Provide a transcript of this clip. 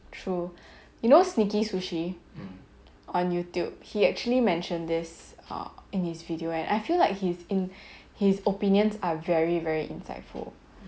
true you know sneaky sushi on youtube he actually mentioned uh in his video and I feel like he's in his opinions are very very insightful